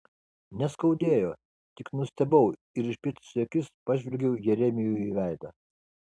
neskaudėjo tik nustebau ir išplėtusi akis pažvelgiau jeremijui į veidą